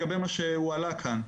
שהועלה כאן,